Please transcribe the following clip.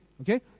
Okay